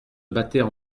battaient